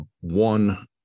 One